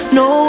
no